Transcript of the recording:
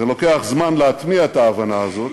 לוקח זמן להטמיע את ההבנה הזאת,